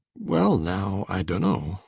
well now, i dunno,